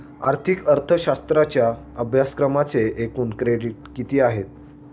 आर्थिक अर्थशास्त्राच्या अभ्यासक्रमाचे एकूण क्रेडिट किती आहेत?